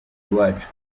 iwacu